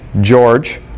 George